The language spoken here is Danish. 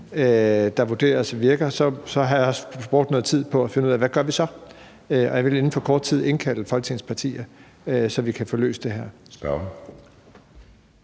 der vurderes at virke, har jeg også brugt noget tid på at finde ud af, hvad vi så gør. Jeg vil inden for kort tid indkalde Folketingets partier, så vi kan få løst det her.